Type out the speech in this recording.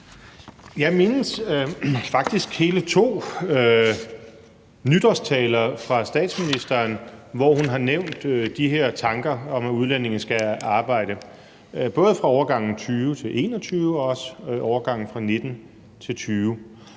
Jeg mindes faktisk hele to nytårstaler fra statsministeren, hvor hun har nævnt de her tanker om, at udlændinge skal arbejde, både ved overgangen fra 2020-2021 og også ved overgangen fra 2019–2020.